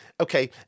Okay